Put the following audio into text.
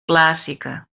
clàssica